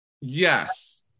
Yes